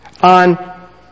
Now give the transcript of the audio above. on